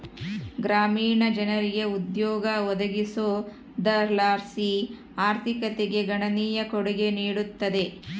ಗ್ರಾಮೀಣ ಜನರಿಗೆ ಉದ್ಯೋಗ ಒದಗಿಸೋದರ್ಲಾಸಿ ಆರ್ಥಿಕತೆಗೆ ಗಣನೀಯ ಕೊಡುಗೆ ನೀಡುತ್ತದೆ